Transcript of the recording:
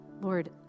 Lord